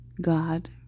god